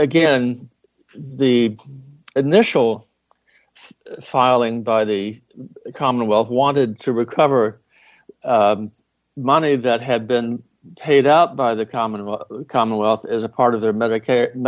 again the initial filing by the commonwealth wanted to recover money that had been paid out by the commonwealth commonwealth as a part of their medicare